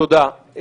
תודה לכם.